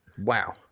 Wow